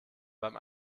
beim